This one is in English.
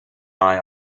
eye